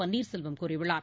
பன்னீர் செல்வம் கூறியுள்ளார்